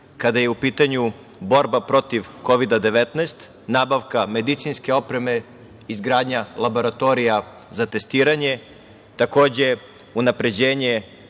kada je u pitanju borba protiv Kovida-19, nabavka medicinske opreme, izgradnja laboratorija za testiranje, takođe unapređenje